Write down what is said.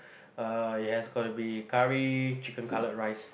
uh it has got to be curry chicken cutlet rice